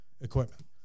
equipment